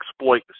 exploit